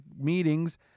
meetings